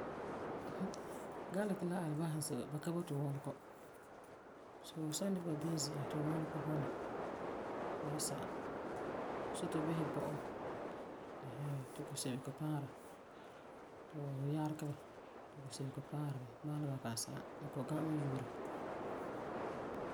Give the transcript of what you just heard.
Galik la alibasa n ze wa, ba ka boti wɔlegɔ. Soo fu san dikɛ ba biŋe zi'an ti wɔlegɔ bɔna ba wan sagum. See ti fu bisɛ bɔ'ɔ ti kusebego paara. Ti fu yaregɛ ba ti kusebego paara ba. Bala ba kan sa'am. Ba kɔ'ɔm gã mɛ yu'ura.